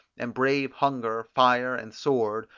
and brave hunger, fire and sword,